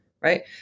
Right